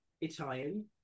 Italian